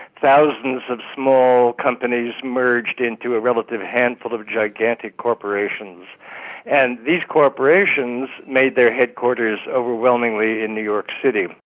thousands of small companies merged into a relative handful of gigantic corporations and these corporations made their headquarters overwhelmingly in new york city.